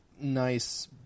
nice